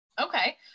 Okay